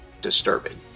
disturbing